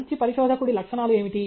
మంచి పరిశోధకుడి లక్షణాలు ఏమిటి